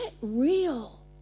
real